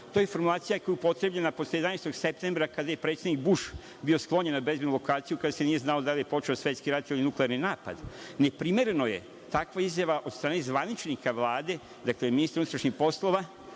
To je formulacija koje je upotrebljena posle 11. septembra kada je predsednik Buš bio sklonjen na bezbednu lokaciju, kada se nije znalo da li je počeo svetski rat ili nuklearni napad. Neprimerena je takva izjava od strane zvaničnika Vlade, dakle ministra unutrašnjih poslova,